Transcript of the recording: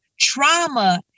trauma